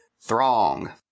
throng